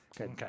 Okay